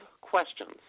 questions